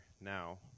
now